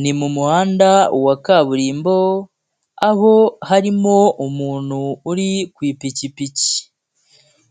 Ni mu muhanda wa kaburimbo aho harimo umuntu uri ku ipikipiki,